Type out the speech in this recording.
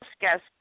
guest